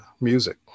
music